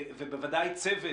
בוודאי צוות,